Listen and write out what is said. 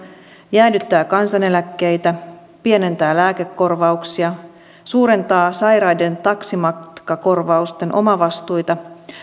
jäädyttää kansaneläkkeitä pienentää lääkekorvauksia suurentaa sairaiden henkilöiden taksimatkakorvausten omavastuita